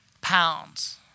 pounds